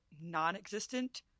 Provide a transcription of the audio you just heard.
non-existent